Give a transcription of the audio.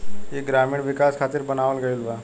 ई ग्रामीण विकाश खातिर बनावल गईल बा